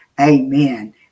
amen